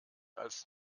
als